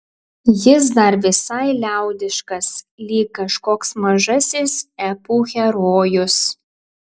jis dar visai liaudiškas lyg kažkoks mažasis epų herojus